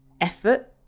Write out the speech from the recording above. effort